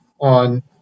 on